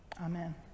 Amen